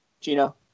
Gino